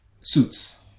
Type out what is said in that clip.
suits